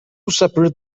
separate